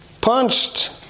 punched